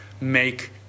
make